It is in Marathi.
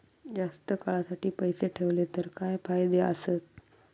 जास्त काळासाठी पैसे ठेवले तर काय फायदे आसत?